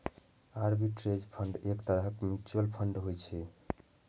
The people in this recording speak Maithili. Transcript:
आर्बिट्रेज फंड एक तरहक म्यूचुअल फंड होइ छै